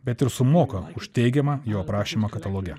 bet ir sumoka už teigiamą jo prašymą kataloge